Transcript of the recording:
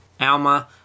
Alma